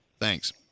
Thanks